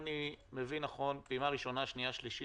אני מבין נכון, פעימה ראשונה-שנייה-שלישית